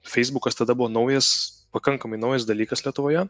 feisbukas tada buvo naujas pakankamai naujas dalykas lietuvoje